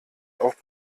auch